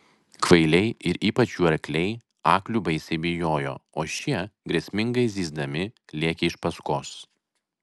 kvailiai ir ypač jų arkliai aklių baisiai bijojo o šie grėsmingai zyzdami lėkė iš paskos